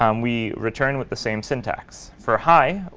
um we return with the same syntax. for high,